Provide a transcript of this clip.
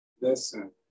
Listen